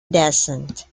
descent